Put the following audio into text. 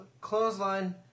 Clothesline